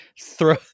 throw